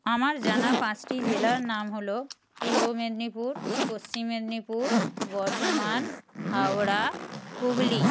আমার জানা পাঁচটি জেলার নাম হলো পূর্ব মেদিনীপুর পশ্চিম মেদিনীপুর বর্ধমান হাওড়া হুগলী